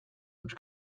which